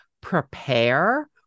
prepare